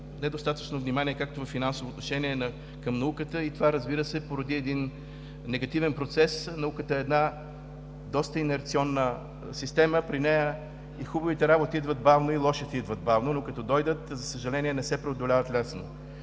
недостатъчно внимание към науката, както и във финансово отношение. Това, разбира се, породи един негативен процес. Науката е една доста инерционна система. При нея и хубавите работи идват бавно, и лошите идват бавно, но като дойдат, за съжаление, не се преодоляват лесно.